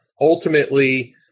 ultimately